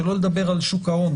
שלא לדבר על שוק ההון